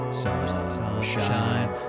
sunshine